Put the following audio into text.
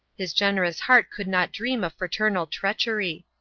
his generous heart could not dream of fraternal treachery.